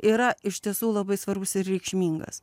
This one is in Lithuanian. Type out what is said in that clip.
yra iš tiesų labai svarbus ir reikšmingas